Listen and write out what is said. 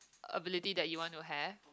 ability that you want to have